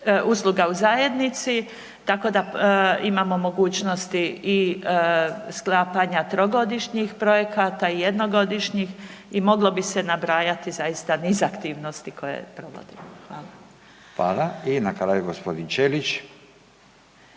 usluga u zajednici, tako da imamo mogućnosti i sklapanja 3-godišnjih projekata i 1-godišnjih i moglo bi se nabrajati zaista niz aktivnosti koje provodimo. Hvala. **Radin, Furio (Nezavisni)**